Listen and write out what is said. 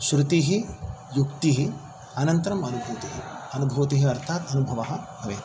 श्रुतिः युक्तिः अनन्तरं अनुभूतिः अनुभूतिः अर्थात् अनुभवः भवेत्